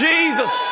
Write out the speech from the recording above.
Jesus